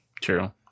true